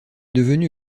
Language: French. devenu